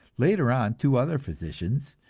later on two other physicians,